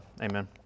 Amen